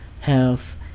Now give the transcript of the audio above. health